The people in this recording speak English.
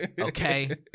okay